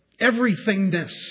everythingness